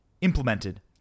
implemented